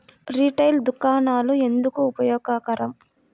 Retail దుకాణాలు ఎందుకు ఉపయోగకరం?